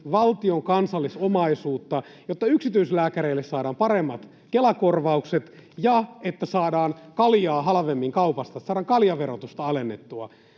valtion kansallisomaisuutta, jotta yksityislääkäreille saadaan paremmat Kela-korvaukset ja että saadaan kaljaa halvemmin kaupasta, saadaan kaljaverotusta alennettua?